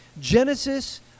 Genesis